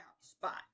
spot